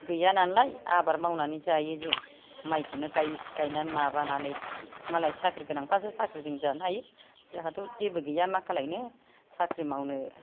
गैया नालाय आबाद मावनानै जायो जों माइखौनो गाइनानै माबानानै मालाय साख्रि गोनांफ्रासो साख्रिजों जानो हायो जोंहाथ' जेबो गैया मा खालायनो साख्रि मावनो